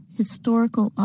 historical